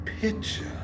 picture